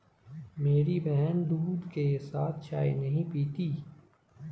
मेरी बहन दूध के साथ चाय नहीं पीती